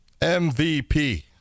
MVP